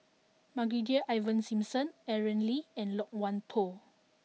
Brigadier Ivan Simson Aaron Lee and Loke Wan Tho